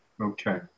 Okay